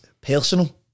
personal